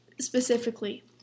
Specifically